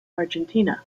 argentina